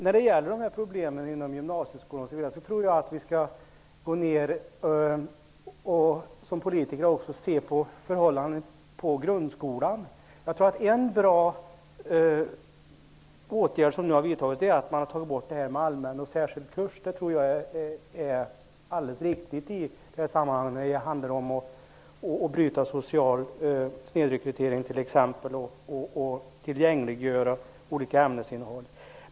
Fru talman! Det är alltid trevligt att få diskutera med Christer Lindblom och Hans Nyhage -- med män som ägnar sig åt politikens mjuka frågor. När det gäller problemen inom gymnasieskolan tror jag att vi politiker också bör se på förhållandena inom grundskolan. En bra åtgärd som har vidtagits är enligt min uppfattning att man har tagit bort valet mellan allmän och särskild kurs. Det tror jag är alldeles riktigt, t.ex. för att bryta den sociala snedrekryteringen och för att tillgängliggöra olika ämnesinnehåll.